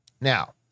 Now